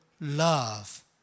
love